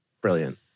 Brilliant